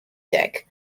tech